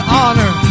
honor